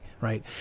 Right